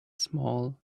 small